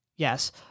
Yes